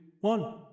one